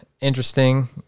interesting